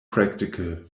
practical